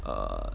err